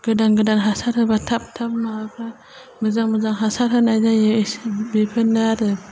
गोदान गोदान हासार होबा थाब थाब माबाफ्रा मोजां मोजां हासार होनाय जायो एसेनो बेफोरनो आरो